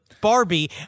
Barbie